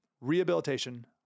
rehabilitation